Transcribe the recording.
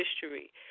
history